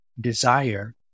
desire